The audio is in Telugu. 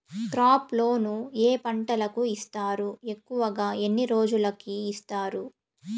క్రాప్ లోను ఏ పంటలకు ఇస్తారు ఎక్కువగా ఎన్ని రోజులకి ఇస్తారు